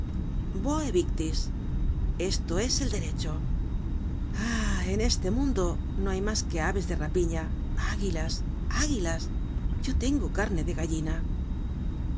esto es el derecho ah en este mundo no hay mas que aves de rapiña águilas águilas yo tengo carne de gallina